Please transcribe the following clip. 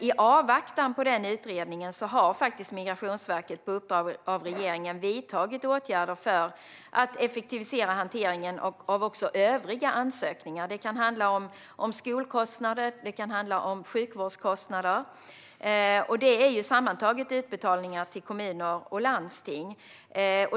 I avvaktan på denna utredning har dock Migrationsverket på uppdrag av regeringen vidtagit åtgärder för att effektivisera hanteringen av också övriga ansökningar. Det kan handla om kostnader för skola och sjukvård. Sammantaget är detta utbetalningar till kommuner och landsting.